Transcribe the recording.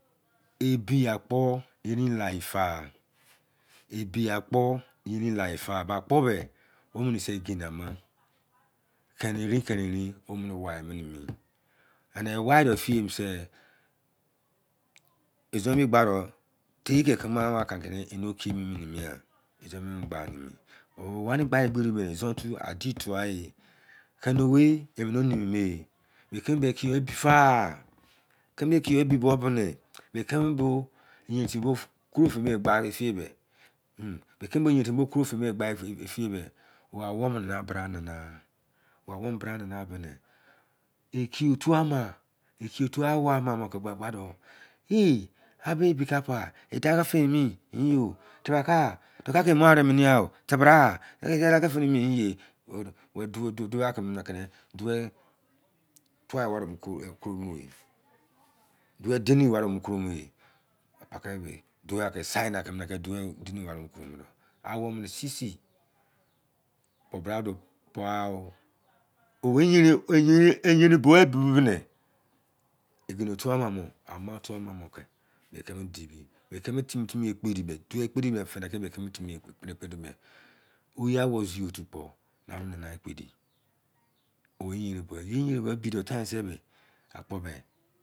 Ebiakpo yenin kyefa akpobe ose geni ama keni ria keni ton ose why mu, why fe fiye sei tsion ebo gbe-doh tei ye ke tceme ela nu ene ekiipe, ban-ebi gba egberi izon tu adi tha eh kene wai mene nunu eme ekiyor ebi fa tane ekiyor ebifa, me keme bo yain timi bo fei de ba, me keme yewa time thoro fei de ba gbe fiye me ene awoh sai bra nana beh ye tci tha me zitua awon ama eh he, ebika fa tebra e dan ke fa mi yin-oh tebra ten thoko tce emomo arimeme ya, fe bra, do do ke atce-de, duwel ware ke ama thoro mene awon ame sisi bo bra doh pa-oh yain bua bua mene zinifa ana mor me keme dibi dduwel kpe di me.